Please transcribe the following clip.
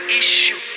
issue